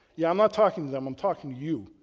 yeah, i'm not talking to them, i'm talking to you.